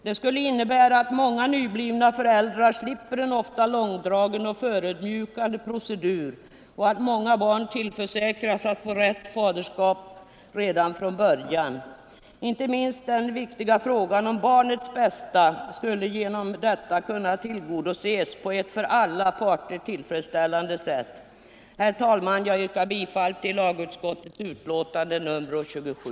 Det skulle innebära att många nyblivna föräldrar slipper en ofta långdragen och förödmjukande procedur och att faderskapet blir riktigt fastställt från början. Inte minst den viktiga frågan om barnets bästa skulle genom detta kunna lösas på ett för alla parter tillfredsställande sätt. Herr talman! Jag yrkar bifall till lagutskottets hemställan i betänkandet nr 27.